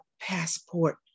passport